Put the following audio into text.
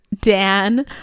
Dan